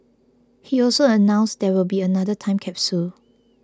he also announced there will be another time capsule